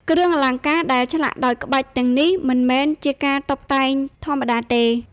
គ្រឿងអលង្ការដែលឆ្លាក់ដោយក្បាច់ទាំងនេះមិនមែនជាការតុបតែងធម្មតាទេ។